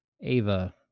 Ava